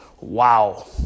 Wow